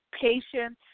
patience